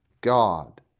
God